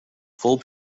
fool